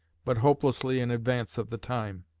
but hopelessly in advance of the time.